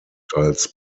als